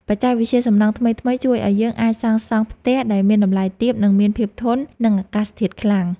បច្ចេកវិទ្យាសំណង់ថ្មីៗជួយឱ្យយើងអាចសាងសង់ផ្ទះដែលមានតម្លៃទាប និងមានភាពធន់នឹងអាកាសធាតុខ្លាំង។